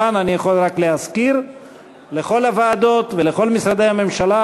כאן אני רק יכול להזכיר לכל הוועדות ולכל משרדי הממשלה,